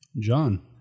john